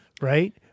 right